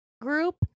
group